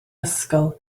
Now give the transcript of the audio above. ysgol